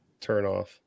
turnoff